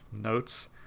notes